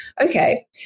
okay